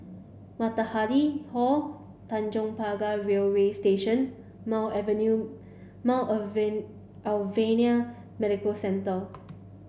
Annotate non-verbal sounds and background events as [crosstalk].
Matahari Hall Tanjong Pagar Railway Station Mount [unintelligible] Mount [unintelligible] Alvernia Medical Centre